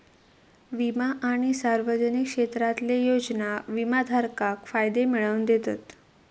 विमा आणि सार्वजनिक क्षेत्रातले योजना विमाधारकाक फायदे मिळवन दितत